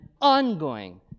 ongoing